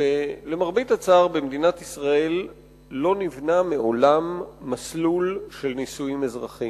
שלמרבה הצער במדינת ישראל לא נבנה מעולם מסלול של נישואים אזרחיים.